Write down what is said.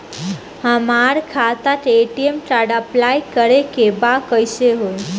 हमार खाता के ए.टी.एम कार्ड अप्लाई करे के बा कैसे होई?